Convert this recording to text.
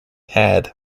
had